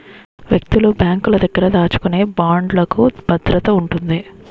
వ్యక్తులు బ్యాంకుల దగ్గర దాచుకునే బాండ్లుకు భద్రత ఉంటుంది